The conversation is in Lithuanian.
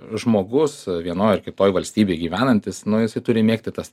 žmogus vienoj ar kitoj valstybėj gyvenantis nu jisai turi mėgti tas